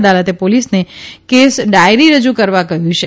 અદાલતે પોલીસને case diary રજૂ કરવા કહ્યું છે